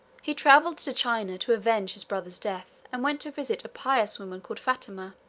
he traveled to china to avenge his brother's death, and went to visit a pious woman called fatima,